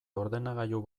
ordenagailu